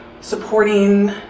supporting